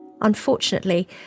Unfortunately